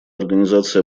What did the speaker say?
организация